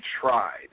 tried